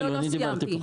לא, לא סיימתי.